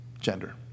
gender